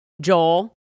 Joel